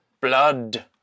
Blood